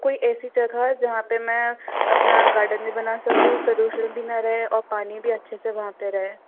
कोई ऐसी जगह जहाँ पर मैं अपना गार्डन भी बना सकूँ प्रदूषण भी ना रहे और पानी भी अच्छे से वहाँ पर रहे